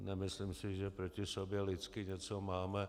A nemyslím si, že proti sobě lidsky něco máme.